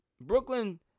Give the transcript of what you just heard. Brooklyn